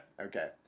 Okay